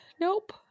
nope